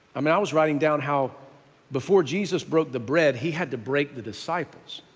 i mean i was writing down how before jesus broke the bread he had to break the disciples